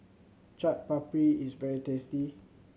Chaat Papri is very tasty